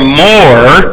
more